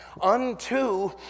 unto